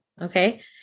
Okay